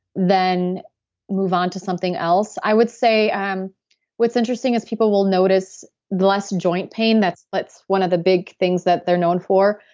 then move on to something else. i would say um what's interesting is people will notice less joint pain. that's one of the big things that they're known for.